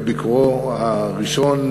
את ביקורו הראשון